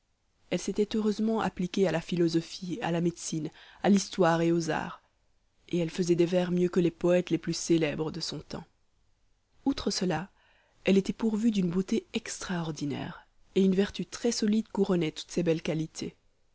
elle s'était heureusement appliquée à la philosophie à la médecine à l'histoire et aux arts et elle faisait des vers mieux que les poètes les plus célèbres de son temps outre cela elle était pourvue d'une beauté extraordinaire et une vertu trèssolide couronnait toutes ses belles qualités